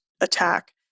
attack